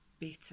better